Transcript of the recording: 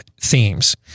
themes